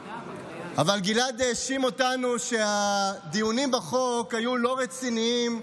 אבל גלעד האשים אותנו שהדיונים בחוק היו לא רציניים,